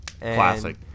classic